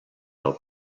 del